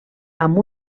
amb